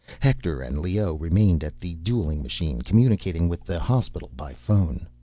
hector and leoh remained at the dueling machine, communicating with the hospital by phone.